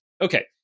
Okay